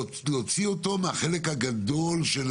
צריך להוציא את זה מהחלק הגדול של